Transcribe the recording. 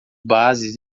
bases